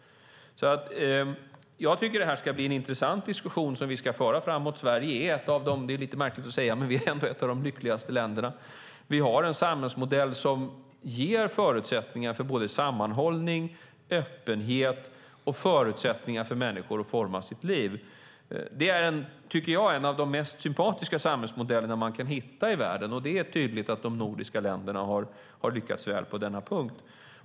Jag tycker att det ska bli en intressant diskussion som vi ska föra. Det är lite märkligt att säga det, men Sverige är ett av de lyckligaste länderna. Vi har en samhällsmodell som ger människor förutsättningar för sammanhållning, för öppenhet och för att forma sina liv. Jag tycker att det är en av de mest sympatiska samhällsmodeller som man kan hitta i världen. Det är tydligt att de nordiska länderna har lyckats väl på denna punkt.